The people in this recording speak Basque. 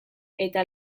eta